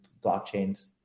blockchains